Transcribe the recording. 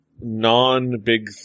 non-big